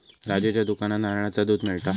राजूच्या दुकानात नारळाचा दुध मिळता